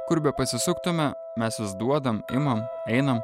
kur bepasisuktume mes vis duodam imam einam